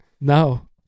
No